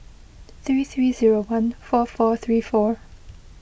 three three zero one four four three four